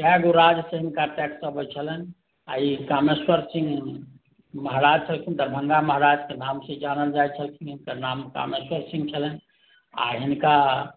कय गो राजसँ हुनका टैक्स अबैत छलनि आ ई कामेश्वर सिंह महाराज छलखिन दरभङ्गा महाराजके नामसँ जानल जाइत छलखिन हिनकर नाम कामेश्वर सिंह छलनि आ हिनका